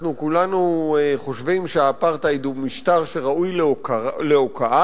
אנחנו כולנו חושבים שהאפרטהייד הוא משטר שראוי להוקעה,